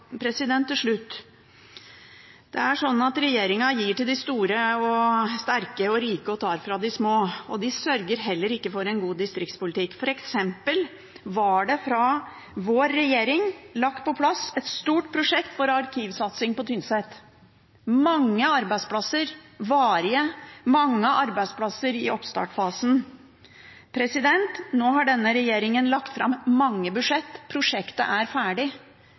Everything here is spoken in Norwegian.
sterke og rike og tar fra de små. De sørger heller ikke for en god distriktspolitikk. For eksempel fikk vår regjering på plass et stort prosjekt for arkivsatsing på Tynset – mange arbeidsplasser, varige, mange arbeidsplasser i oppstartsfasen. Nå har denne regjeringen lagt fram mange budsjett. Prosjektet er ferdig.